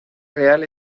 real